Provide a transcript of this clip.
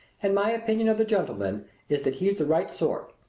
and my opinion of the gentleman is that he's the right sort,